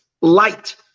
light